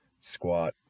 squat